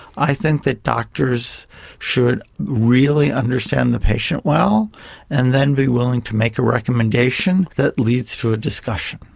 i think that doctors should really understand the patient well and then be willing to make a recommendation that leads to a discussion.